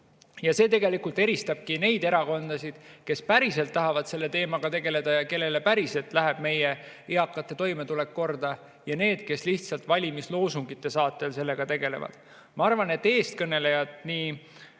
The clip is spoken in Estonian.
See tegelikult eristabki neid erakondasid, kes päriselt tahavad selle teemaga tegeleda ja kellele päriselt läheb meie eakate toimetulek korda, ja neid, kes lihtsalt valimisloosungite saatel sellega tegelevad. Ma arvan, et eelkõnelejad, nii